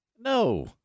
No